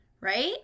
right